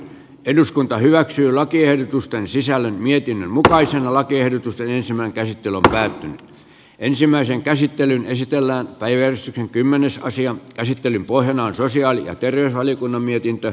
eduskunta hyväksyy lakiehdotusten sisällä mietin mutkaisen lakiehdotusta yleisimmän käsiteltävään ensimmäisen käsittelyn esitellään taide on kymmenessä asian käsittelyn pohjana on sosiaali ja terveysvaliokunnan mietintö